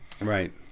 Right